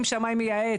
עם שמאי מייעץ,